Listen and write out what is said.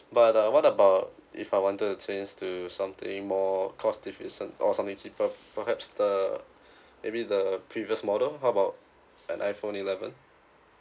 but uh what about if I wanted to change to something more cost efficient or something cheaper perhaps the maybe the previous model how about an iPhone eleven